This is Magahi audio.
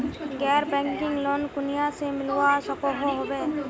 गैर बैंकिंग लोन कुनियाँ से मिलवा सकोहो होबे?